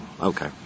Okay